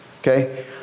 Okay